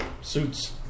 suits